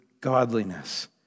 godliness